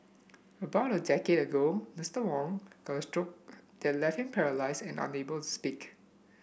about a decade ago Mister Wong got a stroke that left him paralysed and unable to speak